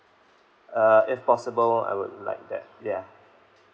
uh if possible I would like that ya